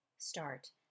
Start